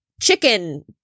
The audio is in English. chicken